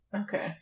okay